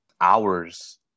hours